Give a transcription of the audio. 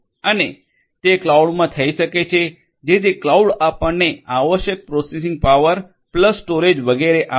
અને તે ક્લાઉડમાં થઈ શકે છે જેથી ક્લાઉડ આપણને આવશ્યક પ્રોસેસિંગ પાવર પ્લસ સ્ટોરેજ વગેરે આપશે